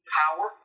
power